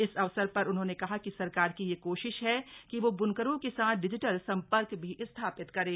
इस अवसर पर उन्होंने कहा कि सरकार की यह कोशिश है कि वह ब्नकरों के साथ डिजीटल सम्पर्क भी स्थापित करे